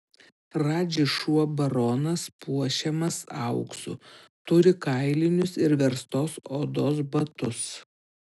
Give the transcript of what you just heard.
radži šuo baronas puošiamas auksu turi kailinius ir verstos odos batus